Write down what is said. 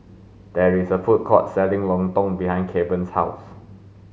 there is a food court selling lontong behind Kevan's house